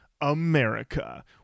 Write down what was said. America